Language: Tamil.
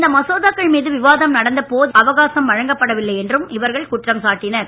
இந்த மசோதாக்கள் மீது விவாதம் நடத்த போதிய அவகாசம் வழங்கப்படவில்லை என்றும் இவர்கள் குற்றம் சாட்டினர்